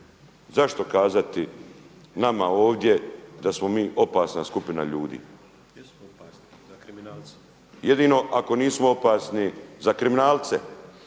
zašto kazati nama ovdje da smo mi opasna skupina ljudi. Jedino ako nismo opasni za kriminalce